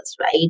right